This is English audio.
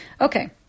Okay